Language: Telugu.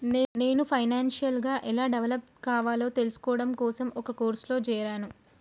నేను ఫైనాన్షియల్ గా ఎలా డెవలప్ కావాలో తెల్సుకోడం కోసం ఒక కోర్సులో జేరాను